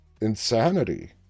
insanity